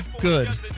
Good